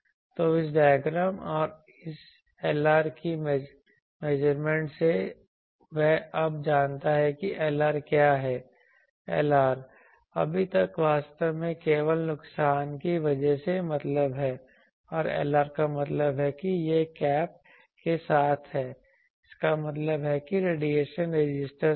तो इस डायग्राम और इस Lr की मेजरमेंट से वह अब जानता है कि Lr क्या है Lr अभी तक वास्तव में केवल नुकसान की वजह से मतलब है और Lr का मतलब है कि यह कैप के साथ है इसका मतलब है कि रेडिएशन रेजिस्टेंस के साथ